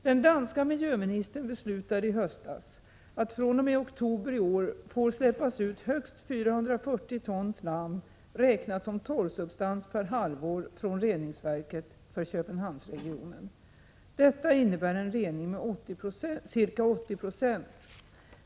Den danska miljöministern beslutade i höstas att det fr.o.m. oktober i år får släppas ut högst 440 ton slam, räknat som torrsubstans, per halvår från reningsverket för Köpenhamnsregionen. Detta innebär en rening med ca 80 20.